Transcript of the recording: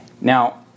Now